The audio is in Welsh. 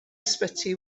ysbyty